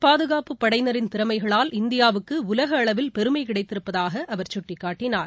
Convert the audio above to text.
பாதுகாப்புப் படையினரின் திறமைகளால் இந்தியாவுக்கு உலகளவில் பெருமை கிடைத்திருப்பதாக அவர் சுட்டிக்காட்டினார்